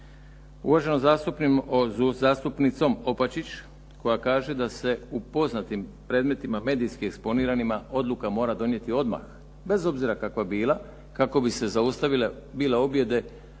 uvaženom zastupnicom Opačić koja kaže da se u poznatim predmetima medijski eksponiranima odluka mora donijeti odmah bez obzira kakva bila kako bi se zaustavile bilo objede